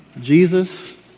Jesus